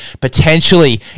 potentially